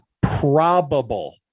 probable